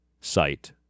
site